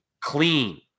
Clean